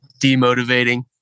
demotivating